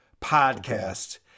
podcast